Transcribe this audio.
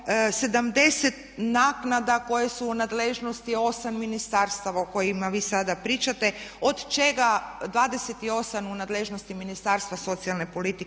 70 naknada koje su u nadležnosti 8 ministarstava o kojima vi sada pričate od čega 28 u nadležnosti Ministarstva socijalne politike